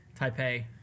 Taipei